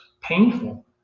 painful